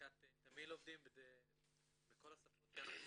העסקת תמהיל עובדים בכל השפות שאנחנו